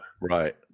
Right